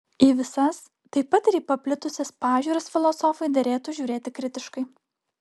į visas taip pat ir į paplitusias pažiūras filosofui derėtų žiūrėti kritiškai